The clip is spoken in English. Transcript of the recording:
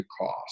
cost